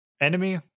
Enemy